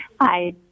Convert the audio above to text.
Hi